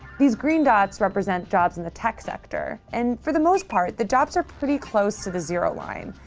these green dots represent jobs in the tech sector. and for the most part, the jobs are pretty close to the zero line,